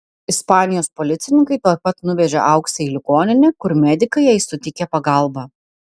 ispanijos policininkai tuoj pat nuvežė auksę į ligoninę kur medikai jai suteikė pagalbą